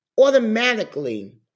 Automatically